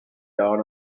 down